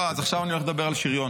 לא, אז עכשיו אני מדבר על שריון.